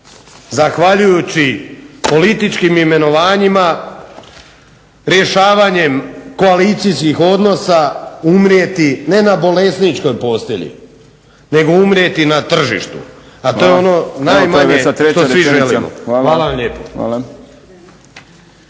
zahvaljujući političkim imenovanjima, rješavanjem koalicijskih odnosa umrijeti ne na bolesničkoj postelji nego umrijeti na tržištu, a to je ono najmanje što svi želimo. **Šprem,